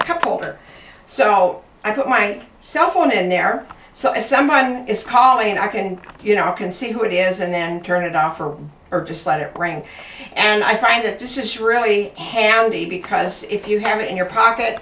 a couple or so i put my cell phone in there so if someone is calling i can you know i can see who it is and then turn it off or or just let it rain and i find that this is really handy because if you have it in your pocket